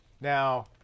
Now